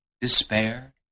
despair